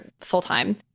full-time